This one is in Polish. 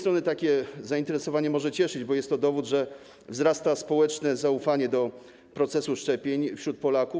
Takie zainteresowanie może cieszyć, bo jest to dowód na to, że wzrasta społeczne zaufanie do procesu szczepień wśród Polaków.